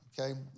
Okay